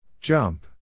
Jump